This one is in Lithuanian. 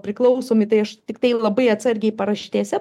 priklausomi tai aš tiktai labai atsargiai paraštėse